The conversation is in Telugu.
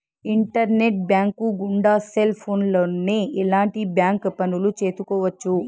ఇంటర్నెట్ బ్యాంకు గుండా సెల్ ఫోన్లోనే ఎలాంటి బ్యాంక్ పనులు చేసుకోవచ్చు